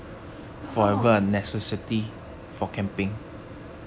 how about we